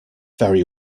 very